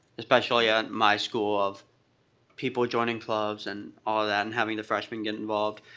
especially at my school of people joining clubs and all that and having the freshmen get involved.